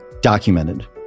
documented